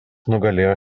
nugalėjo